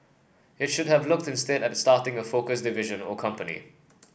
it should have looked instead at starting a focused division or company